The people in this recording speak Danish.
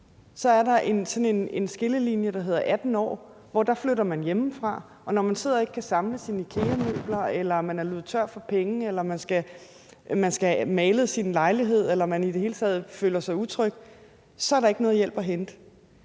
er der sådan en skillelinje, der hedder 18 år, hvor man flytter hjemmefra, og når man sidder og ikke kan samle sine IKEA-møbler eller man er løbet tør for penge eller man skal have malet sin lejlighed eller man i det hele taget føler sig utryg, så er der ikke noget hjælp at hente.